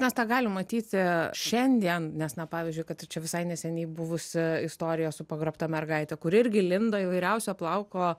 mes tą galim matyti šiandien nes na pavyzdžiui kad ir čia visai neseniai buvusi istorija su pagrobta mergaite kuri irgi lindo į įvairiausio plauko